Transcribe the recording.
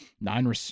nine